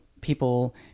people